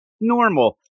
normal